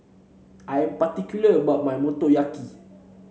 I am particular about my Motoyaki